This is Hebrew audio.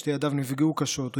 שתי ידיו נפגעו קשות,